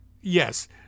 Yes